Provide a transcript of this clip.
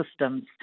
systems